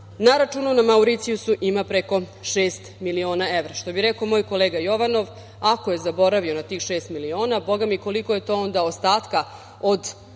na računu na Mauricijusu ima preko 6 miliona evra. Što bi rekao moj kolega Jovanov, ako je zaboravio na tih 6 miliona, bogami, koliko je to onda ostatka od